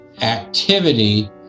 activity